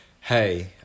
Hey